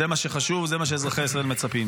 זה מה שחשוב, לזה אזרחי ישראל מצפים.